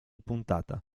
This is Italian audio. puntata